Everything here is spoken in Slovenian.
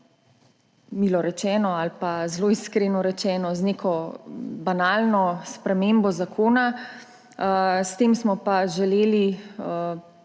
milo rečeno ali pa zelo iskreno rečeno z neko banalno spremembo zakona. S tem smo želeli